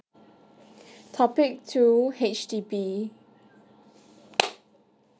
topic two H_D_B